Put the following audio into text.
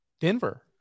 Denver